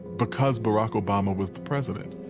because barack obama was the president.